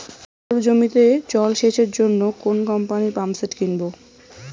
আলুর জমিতে জল সেচের জন্য কোন কোম্পানির পাম্পসেট কিনব?